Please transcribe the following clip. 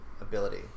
ability